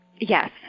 Yes